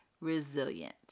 resilient